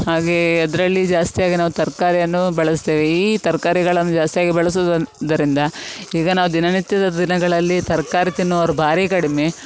ಹಾಗೇ ಅದರಲ್ಲಿ ಜಾಸ್ತಿಯಾಗಿ ನಾವು ತರಕಾರಿಯನ್ನು ಬಳಸ್ತೇವೆ ಈ ತರಕಾರಿಗಳನ್ನು ಜಾಸ್ತಿಯಾಗಿ ಬಳಸುದರಿಂದ ಈಗ ನಾವು ದಿನನಿತ್ಯದ ದಿನಗಳಲ್ಲಿ ತರಕಾರಿ ತಿನ್ನುವವರು ಭಾರಿ ಕಡಿಮೆ